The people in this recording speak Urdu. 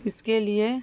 اس کے لیے